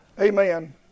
Amen